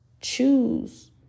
choose